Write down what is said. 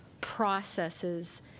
processes